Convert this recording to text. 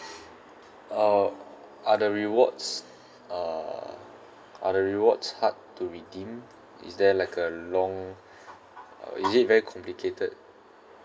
are are the rewards ah are the rewards hard to redeem is there like a long uh is it very complicated